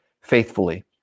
faithfully